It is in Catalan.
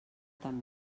tan